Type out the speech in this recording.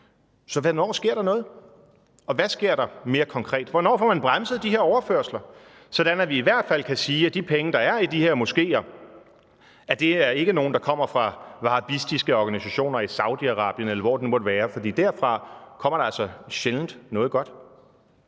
Så hvornår sker der noget? Og hvad sker der mere konkret? Hvornår får man bremset de her overførsler, så vi i hvert fald kan sige, at de penge, der er i de her moskeer, ikke er nogle, der kommer fra wahabistiske organisationer i Saudi-Arabien, eller hvor det nu måtte være? For derfra kommer der altså sjældent noget godt.